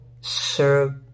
serve